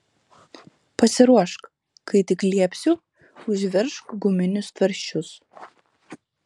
pasiruošk kai tik liepsiu užveržk guminius tvarsčius